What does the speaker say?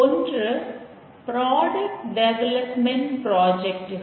ஒன்று product development ப்ராஜெக்ட்கள்